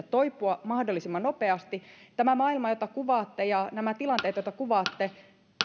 toipua mahdollisimman nopeasti tämä maailma jota kuvaatte ja nämä tilanteet joita kuvaatte